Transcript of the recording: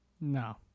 No